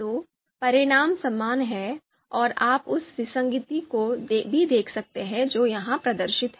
तो परिणाम समान हैं और आप उस विसंगति को भी देख सकते हैं जो यहां प्रदर्शित है